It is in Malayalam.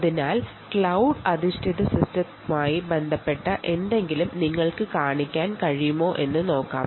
അതിനാൽ ക്ലൌഡ് അധിഷ്ഠിത സിസ്റ്റവുമായി ബന്ധപ്പെട്ട എന്തെങ്കിലും നിങ്ങൾക്ക് കാണിക്കാൻ കഴിയുമോ എന്ന് നോക്കാം